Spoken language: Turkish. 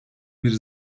bir